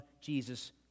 Jesus